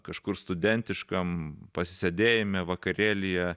kažkur studentiškam pasisėdėjime vakarėlyje